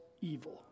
evil